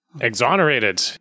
Exonerated